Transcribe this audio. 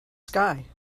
sky